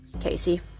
casey